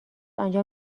انجا